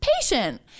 patient